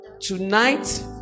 tonight